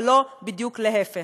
ולא בדיוק להפך.